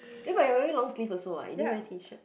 then you wearing long sleeve also what you didn't wear T-shirts